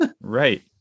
Right